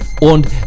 und